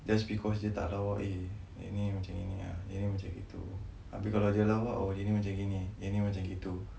just because dia tak lawa eh dia ni macam gini ah dia ni macam gitu abeh kalau dia lawa dia ni macam gini dia ni macam gitu